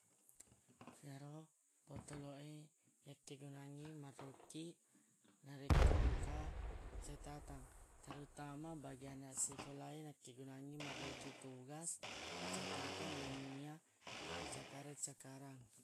Yaro potoloq e yakkegunangngi maroki narekko engka catatang terutama bagi anaq sikola e nakkegunangngi maroki tugas catatang nennia cakareng-cakarang